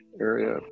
area